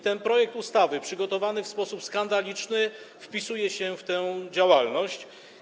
Ten projekt ustawy, przygotowany w sposób skandaliczny, wpisuje się w tę działalność.